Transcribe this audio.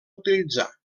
utilitzar